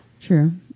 True